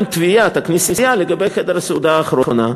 תביעת הכנסייה לגבי חדר הסעודה האחרונה,